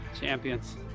Champions